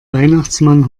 weihnachtsmann